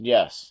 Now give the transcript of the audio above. Yes